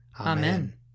Amen